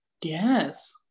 yes